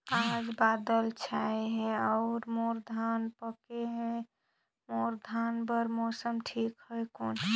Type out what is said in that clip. आज बादल छाय हे अउर मोर धान पके हे ता मोर धान बार मौसम ठीक हवय कौन?